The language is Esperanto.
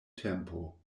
tempo